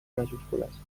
majúscules